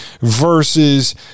versus